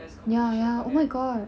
ya ya oh my god